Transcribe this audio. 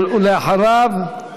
ואחריו,